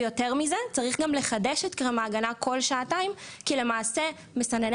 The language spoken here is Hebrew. ויותר מזה צריך גם לחדש את קרם ההגנה כל שעתיים שלמעשה מסנני